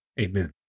Amen